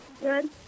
Good